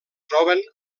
troben